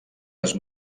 les